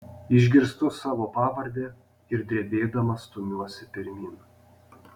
išgirstu savo pavardę ir drebėdama stumiuosi pirmyn